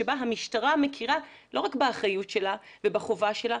שבו המשטרה מכירה לא רק באחריות שלה ובחובה שלה,